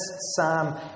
psalm